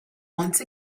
once